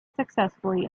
successively